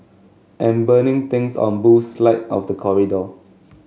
and burning things on Boo's slide of the corridor